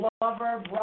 lover